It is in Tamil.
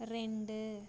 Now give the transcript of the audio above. ரெண்டு